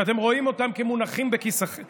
שאתם רואים אותם כמונחים בכיסכם.